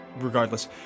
Regardless